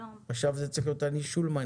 עכשיו זה צריך להיות "אני שולמנית".